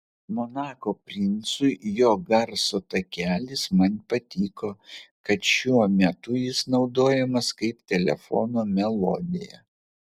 monako princui jo garso takelis taip patiko kad šiuo metu jis naudojamas kaip telefono melodija